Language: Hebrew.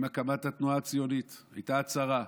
עם הקמת התנועה הציונית הייתה הצהרה,